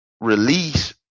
release